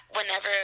Whenever